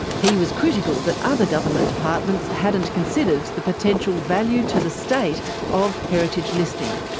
he was critical that other government departments hadn't considered the potential value to the state of heritage listing.